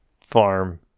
farm